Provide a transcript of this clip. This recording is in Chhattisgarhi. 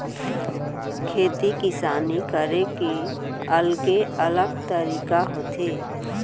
खेती किसानी करे के अलगे अलग तरीका होथे